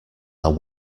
are